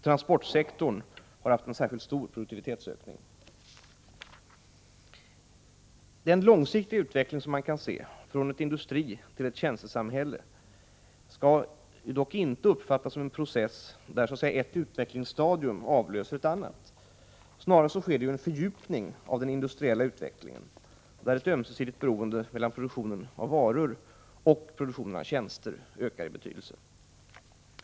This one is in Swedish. Transportsektorn har haft en särskilt stor produktivitetsökning. Den långsiktiga utvecklingen från ett industritill ett tjänstesamhälle skall dock inte uppfattas som en process där ett utvecklingsstadium avlöser ett annat. Snarare sker en fördjupning av den industriella utvecklingen, där ett ömsesidigt beroende mellan produktionen av varor och produktionen av tjänster ökar i betydelse.